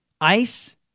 ICE